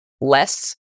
less